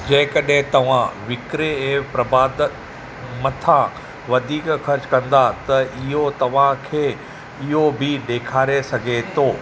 जेकॾहिं तव्हां विक्रे ऐं प्रबात मथां वधीक ख़र्च कंदा त इहो तव्हांखे इहो बि ॾेखारे सघे थो